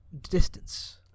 distance